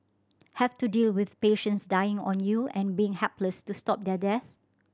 have to deal with patients dying on you and being helpless to stop their deaths